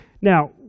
Now